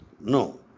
no